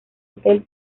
hotel